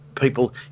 people